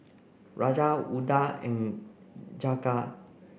Raja Udai and Jagat